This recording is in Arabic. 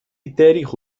التاريخ